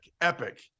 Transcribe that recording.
epic